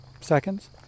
seconds